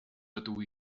ydw